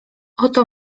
oto